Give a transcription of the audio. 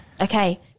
okay